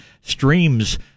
streams